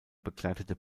begleitete